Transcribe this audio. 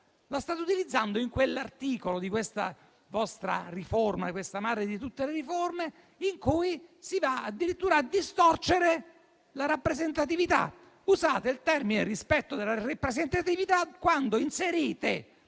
La state utilizzando in quell'articolo di questa vostra riforma, di questa madre di tutte le riforme, in cui si va addirittura a distorcere la rappresentatività. Ebbene, usate l'espressione «rispetto della rappresentatività» quando inserite